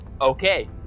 Okay